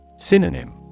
Synonym